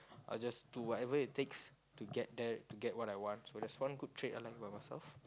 I just do whatever it takes to get there to get what I want so that's one good trait I like about myself